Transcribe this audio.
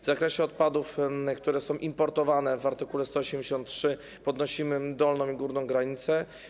W zakresie odpadów, które są importowane, w art. 183 podnosimy dolną i górną granicę.